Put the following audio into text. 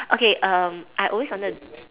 okay um I always wanted to